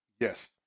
Yes